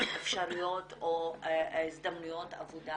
האפשרויות או ההזדמנויות לעבודה